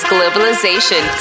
Globalization